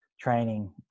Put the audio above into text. training